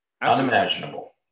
unimaginable